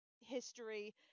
history